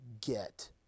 get